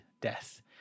death